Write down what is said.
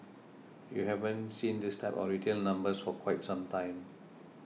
you haven't seen this type of retail numbers for quite some time